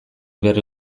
berri